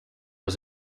was